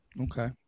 Okay